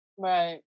Right